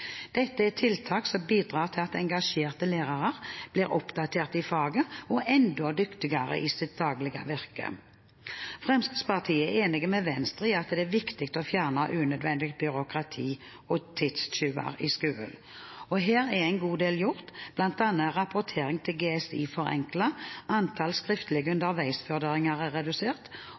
Dette er tiltak som bidrar til at engasjerte lærere blir oppdatert i faget og enda dyktigere i sitt daglige virke. Fremskrittspartiet er enig med Venstre i at det er viktig å fjerne unødvendig byråkrati og tidstyver i skolen. Her er en god del gjort, bl.a. er rapporteringen til GSI, Grunnskolens Informasjonssystem, forenklet, antallet skriftlige underveisvurderinger er redusert,